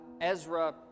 Ezra